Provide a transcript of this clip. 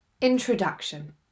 Introduction